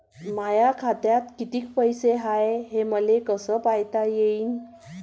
माया खात्यात कितीक पैसे हाय, हे मले कस पायता येईन?